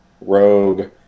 Rogue